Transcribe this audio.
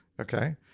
Okay